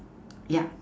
yeah